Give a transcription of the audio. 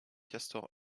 castor